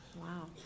Wow